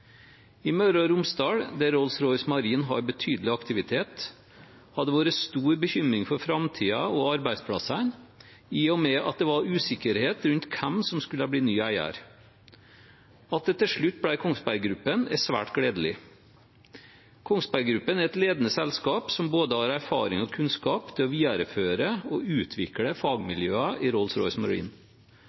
I Møre og Romsdal, der Rolls-Royce Marine har betydelig aktivitet, har det vært stor bekymring for framtiden og arbeidsplassene i og med at det var usikkerhet rundt hvem som skulle bli ny eier. At det til slutt ble Kongsberg Gruppen, er svært gledelig. Kongsberg Gruppen er et ledende selskap som både har erfaring og kunnskap til å videreføre og utvikle fagmiljøene i